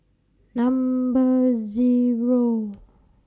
Number Zero